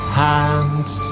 hands